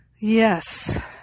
yes